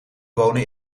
wonen